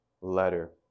letter